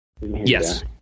Yes